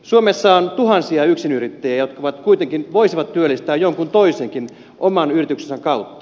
suomessa on tuhansia yksinyrittäjiä jotka kuitenkin voisivat työllistää jonkun toisenkin oman yrityksensä kautta